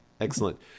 Excellent